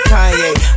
Kanye